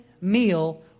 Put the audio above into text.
meal